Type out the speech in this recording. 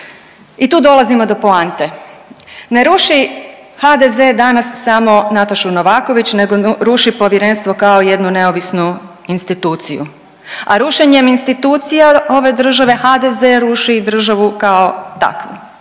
I tu dolazimo do poante. Ne ruši HDZ danas samo Natašu Novakoviću, nego ruši Povjerenstvo kao jednu neovisnu instituciju, a rušenjem institucija ove države, HDZ ruši i državu kao takvu.